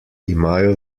imajo